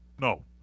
No